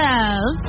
Love